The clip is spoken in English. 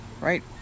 Right